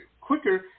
quicker